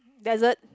dessert